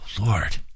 Lord